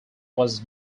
was